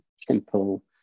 simple